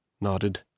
nodded